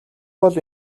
бол